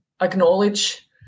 acknowledge